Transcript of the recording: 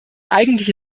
eigentliche